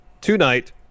tonight